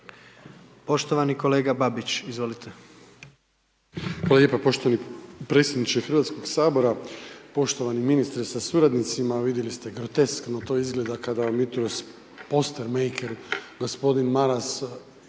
Poštovani kolega Vlaović, izvolite.